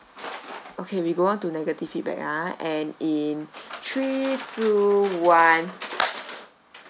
okay we go on to negative feedback ah and in three two one